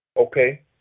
okay